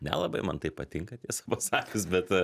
nelabai man tai patinka tiesą pasakius bet